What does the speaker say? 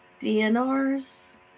DNRs